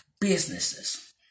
businesses